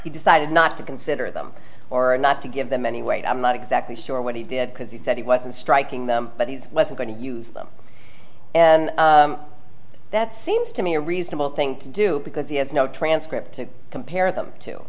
he decided not to consider them or not to give them any weight i'm not exactly sure what he did because he said he wasn't striking them but he's going to use them and that seems to me a reasonable thing to do because he has no transcript to compare them